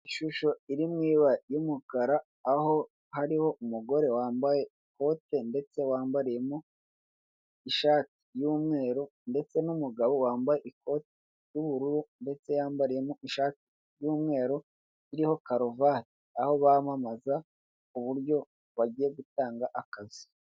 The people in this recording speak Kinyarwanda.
Ishusho iri mu ibara ry'umukara, aho hariho umugore wambaye ikote ndetse wambariyemo ishati y'umweru, ndetse n'umugabo wambaye ikote ry'ubururu, ndetse yambariyemo ishati y'umweru, iriho karuvati, aho bamamaza uburyo bagiye gutanga akazi.